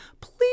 please